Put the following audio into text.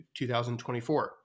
2024